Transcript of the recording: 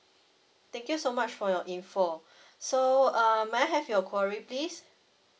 thank you so much for your info so uh may I have your query please